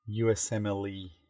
USMLE